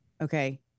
okay